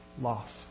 loss